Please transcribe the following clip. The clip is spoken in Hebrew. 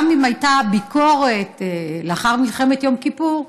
גם אם הייתה ביקורת לאחר מלחמת יום כיפור,